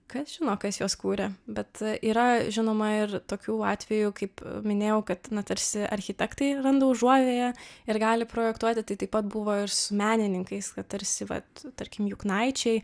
kas žino kas juos kūrė bet yra žinoma ir tokių atvejų kaip minėjau kad na tarsi architektai randa užuovėją ir gali projektuoti taip pat buvo ir su menininkais tarsi vat tarkim juknaičiai